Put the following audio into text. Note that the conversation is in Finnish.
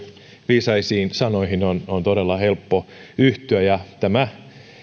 viisaisiin sanoihin on on todella helppo yhtyä ja tämä